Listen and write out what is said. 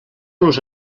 los